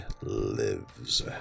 lives